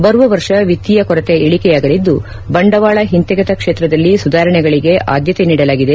ಬರುವ ವರ್ಷ ವಿತ್ತೀಯ ಕೊರತೆಯಲ್ಲಿ ಇಳಿಕೆಯಾಗಲಿದ್ದು ಬಂಡವಾಳ ಹಿಂತೆಗೆತ ಕ್ಷೇತ್ರದಲ್ಲಿ ಸುಧಾರಣೆಗಳಿಗೆ ಆದ್ಯತೆ ನೀಡಲಾಗಿದೆ